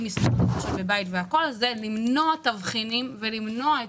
זה למנוע תבחינים ולמנוע את כל הבירוקרטיה.